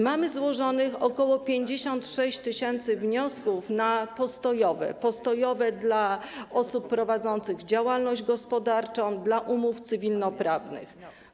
Mamy złożonych ok. 56 tys. wniosków na postojowe - postojowe dla osób prowadzących działalność gospodarczą, dla umów cywilnoprawnych.